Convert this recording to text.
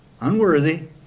unworthy